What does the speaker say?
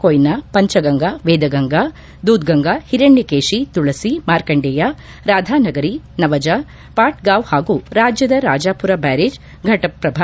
ಕೊಯ್ನಾ ಪಂಚಗಂಗಾ ವೇದಗಂಗಾ ದೂದ್ಗಂಗಾ ಹಿರಣ್ಯಕೇಷಿ ತುಳಸಿ ಮಾರ್ಕೆಂಡೆಯ ರಾಧಾನಗರಿ ನವಜಾ ಪಾಟ್ಗಾಂವ್ ಹಾಗೂ ರಾಜ್ಜದ ರಾಜಾಪುರ ಬ್ವಾರೇಜ್ ಫಟಪ್ರಭ